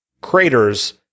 craters